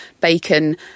bacon